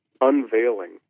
unveiling